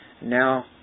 now